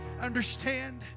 understand